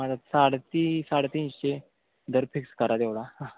मला साडे ती साडे तीनशे दर फिक्स करा तेवढा